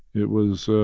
it was, ah